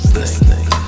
listening